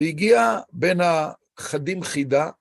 והגיע בין החדים חידה